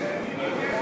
מי ביקש?